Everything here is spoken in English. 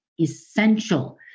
essential